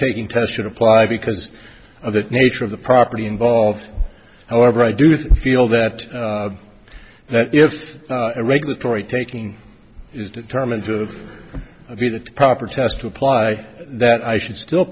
taking test should apply because of the nature of the property involved however i do think feel that if a regulatory taking is determined to be the proper test to apply that i should still